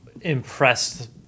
impressed